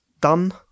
done